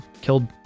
killed